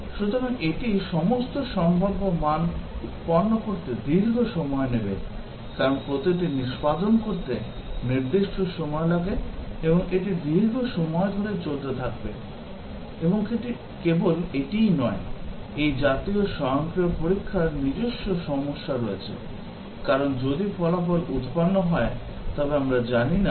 সুতরাং এটি সমস্ত সম্ভাব্য মান উৎপন্ন করতে দীর্ঘ সময় নেবে কারণ প্রতিটি নিষ্পাদন করতে নির্দিষ্ট সময় লাগে এবং এটি দীর্ঘ সময় ধরে চলতে থাকবে এবং কেবল এটিই নয় এই জাতীয় স্বয়ংক্রিয় পরীক্ষার নিজস্ব সমস্যা রয়েছে কারণ যদি ফলাফল উৎপন্ন হয় তবে আমরা জানি না যে এটি সঠিক ফলাফল কিনা